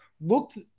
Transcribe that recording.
looked